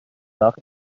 dach